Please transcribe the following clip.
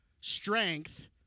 strength